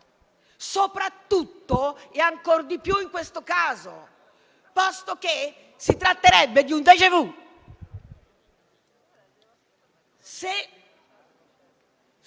soprattutto e ancor di più in questo caso, posto che si tratterebbe di un